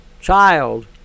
child